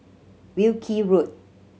Wilkie Road